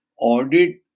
audit